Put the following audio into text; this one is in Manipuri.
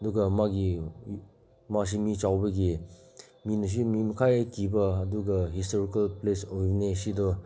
ꯑꯗꯨꯒ ꯃꯥꯒꯤ ꯃꯥꯁꯤ ꯃꯤ ꯆꯥꯎꯕꯒꯤ ꯃꯤꯅꯁꯨ ꯃꯤ ꯃꯈꯥ ꯍꯦꯛ ꯀꯤꯕ ꯑꯗꯨꯒ ꯍꯤꯁꯇꯣꯔꯤꯀꯦꯜ ꯄ꯭ꯂꯦꯁ ꯑꯣꯏꯕꯅꯦ ꯁꯤꯗ